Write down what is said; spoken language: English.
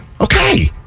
Okay